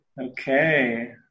Okay